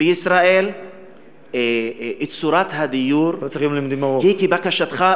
בישראל צורת הדיור היא כבקשתך.